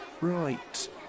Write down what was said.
Right